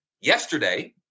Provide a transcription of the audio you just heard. Yesterday